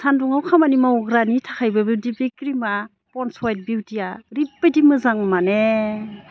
सान्दुङाव खामानि मावग्रानि थाखायबोदि बि क्रिमा पन्डस हवाइट बिउटिया ओरैबायदि मोजां माने